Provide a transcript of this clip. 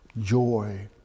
joy